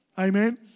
Amen